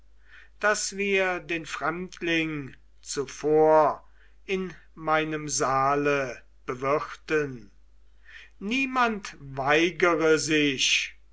daß wir den fremdling zuvor in meinem saale bewirten niemand weigere sich